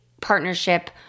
partnership